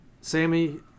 Sammy